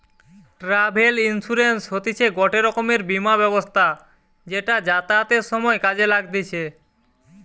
travel insurance হতিছে গটে রকমের বীমা ব্যবস্থা যেটা যাতায়াতের সময় কাজে লাগতিছে